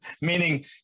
meaning